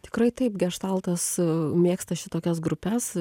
tikrai taip geštaltas mėgsta šitokias grupes